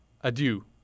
adieu